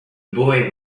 boy